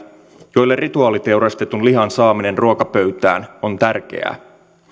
joille rituaaliteurastetun lihan saaminen ruokapöytään on tärkeää